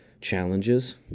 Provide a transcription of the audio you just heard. challenges